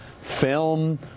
film